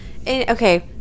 okay